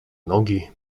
nogi